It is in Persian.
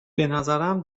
بنظرم